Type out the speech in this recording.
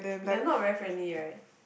they are not very friendly right